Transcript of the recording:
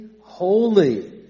holy